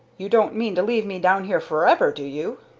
you don't mean to leave me down here forever, do you?